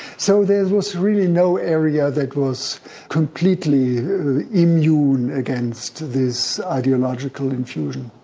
so there was really no area that was completely immune against this ideological infusion.